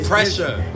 Pressure